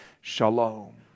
Shalom